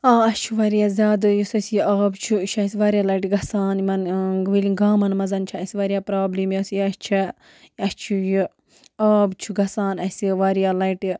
آ اَسہِ چھُ واریاہ زیادٕ یُس اَسہِ یہِ آب چھُ یہِ چھُ اَسہِ واریاہ لَٹہِ گَژھان یِمَن وٲلۍ گامَن منٛز چھِ اَسہِ واریاہ پرٛابلِم یۄس یہِ اَسہِ چھےٚ اَسہِ چھُ یہِ آب چھُ گَژھان اَسہِ واریاہ لَٹہِ